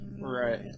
Right